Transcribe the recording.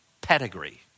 pedigree